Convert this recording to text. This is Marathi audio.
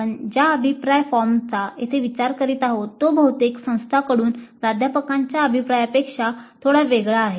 आपण ज्या अभिप्राय फॉर्मचा येथे विचार करीत आहोत तो बहुतेक संस्थांकडून प्राध्यापकांच्या अभिप्रायापेक्षा थोडा वेगळा आहे